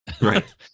Right